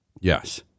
Yes